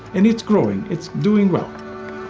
and it's growing, it's doing well.